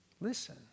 Listen